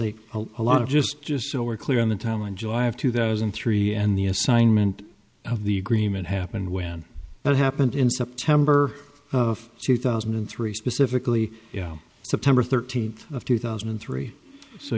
a a lot of just just so we're clear on the timeline july of two thousand and three and the assignment of the agreement happened when it happened in september of two thousand and three specifically september thirteenth of two thousand and three so